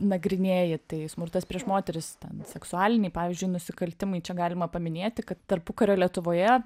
nagrinėji tai smurtas prieš moteris ten seksualiniai pavyzdžiui nusikaltimai čia galima paminėti kad tarpukario lietuvoje